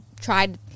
tried